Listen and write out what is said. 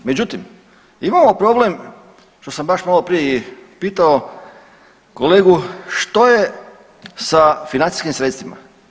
Međutim, imamo problem što sam baš i malo prije pitao kolegu što je sa financijskim sredstvima.